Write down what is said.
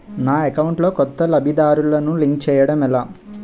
నా అకౌంట్ లో కొత్త లబ్ధిదారులను లింక్ చేయటం ఎలా?